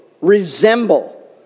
resemble